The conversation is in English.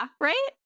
right